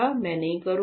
मैं नहीं करूंगा